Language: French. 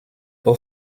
aux